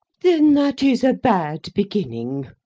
then that is a bad beginning.